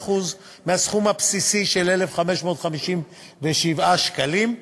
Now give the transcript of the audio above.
18% מהסכום הבסיסי של 1,557 שקלים,